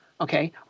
Okay